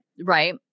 Right